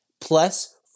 Plus